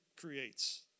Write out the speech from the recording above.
creates